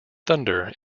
thunder